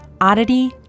oddity